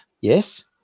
yes